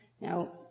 Now